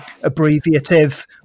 abbreviative